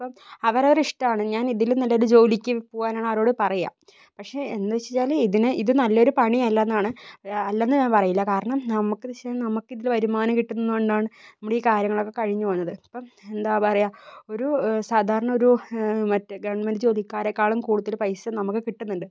ഇപ്പം അവരവരെ ഇഷ്ടമാണ് ഞാൻ ഇതിലും നല്ലൊരു ജോലിക്ക് പോവാനാണ് ഞാൻ അവരോട് പറയുക പക്ഷെ എന്ന് വെച്ചിരുന്നാല് ഇതിനെ ഇത് നല്ലൊരു പണി അല്ലെന്നാണ് അല്ലെന്ന് ഞാൻ പറയില്ല കാരണം നമ്മക്ക് ഇതിൽ വരുമാനം കിട്ടുന്നകൊണ്ടാണ് നമ്മൾ ഈ കാര്യങ്ങളൊക്കെ കഴിഞ്ഞുപോകുന്നത് അപ്പം എന്താ പറയുക ഒരു സാധാരണ ഒരു മറ്റേ ഗവൺമെൻറ് ജോലിക്കാരെക്കാളും കൂടുതൽ പൈസ നമുക്ക് കിട്ടുന്നുണ്ട്